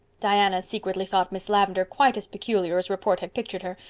diana secretly thought miss lavendar quite as peculiar as report had pictured her.